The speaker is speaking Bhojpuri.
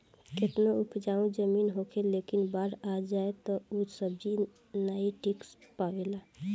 केतनो उपजाऊ जमीन होखे लेकिन बाढ़ आ जाए तअ ऊ सब्जी नाइ टिक पावेला